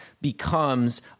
becomes